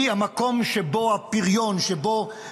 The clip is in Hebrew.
היא המקום שבו הפריון, שבו